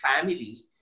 family